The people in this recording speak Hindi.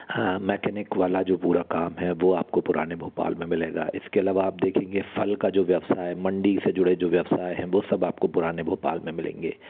हाँ मेकेनिक वाला जो पूरा काम है वो आपको पुराने भोपाल में मिलेगा इसके अलावा आप देखेंगे फल का जो व्यवसाय है मंडी से जुड़े जो व्यवसाय हैं वो सब आपको पुराने भोपाल में मिलेंगे